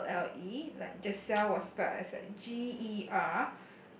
L L E like Giselle was spell as like G E R